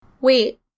Wait